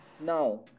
Now